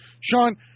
Sean